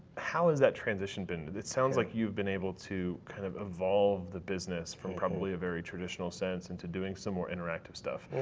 how has that transition been? it sounds like you've been able to kind of evolve the business from probably a very traditional sense into doing some more interactive stuff.